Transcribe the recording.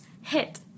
hit